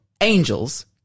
angels